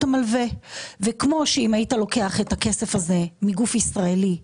המלווה וכמו שאם היית לוקח את הכסף הזה מגוף ישראלי,